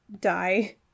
die